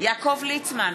יעקב ליצמן,